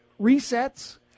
resets